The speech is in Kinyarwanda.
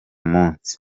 munsi